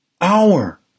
hour